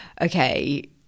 okay